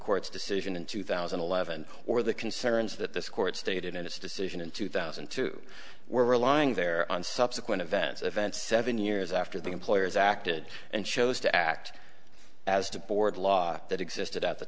court's decision in two thousand and eleven or the concerns that this court stated in its decision in two thousand and two were relying there on subsequent events event seven years after the employers acted and chose to act as to board law that existed at the